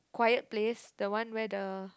quiet place the one where the